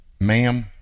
ma'am